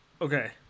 okay